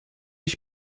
ich